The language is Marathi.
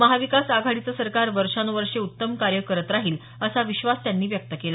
महाविकास आघाडीचं सरकार वर्षान्वर्षे उत्तम कार्य करत राहील असा विश्वास त्यांनी व्यक्त केला